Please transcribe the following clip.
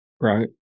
Right